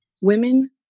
women